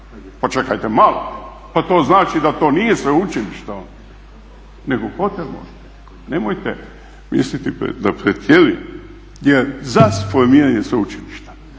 čekajte malo pa to znači da to nije sveučilište onda nego hotel. Nemojte misliti da pretjerujem jer za formiranje sveučilišta